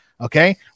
Okay